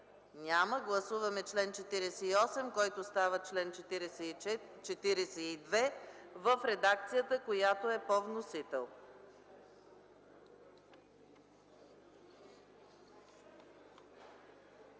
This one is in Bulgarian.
Няма. Гласуваме чл. 48, който става чл. 42, в редакцията, която е по вносител.